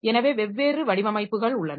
எனவே வெவ்வேறு வடிவமைப்புகள் உள்ளன